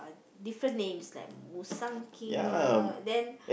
different names like Mao-Shan-King lah then